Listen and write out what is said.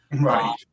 Right